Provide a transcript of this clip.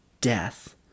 death